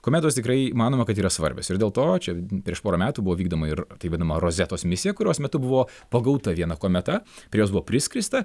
kometos tikrai manoma kad yra svarbios ir dėl to čia prieš porą metų buvo vykdoma ir tai vadinama rozetos misija kurios metu buvo pagauta viena kometa prie jos buvo priskrista